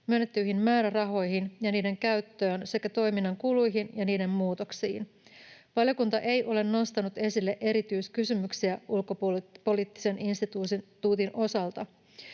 myönnettyihin määrärahoihin ja niiden käyttöön sekä toiminnan kuluihin ja niiden muutoksiin. Valiokunta ei ole nostanut esille erityiskysymyksiä Ulkopoliittisen instituutin osalta.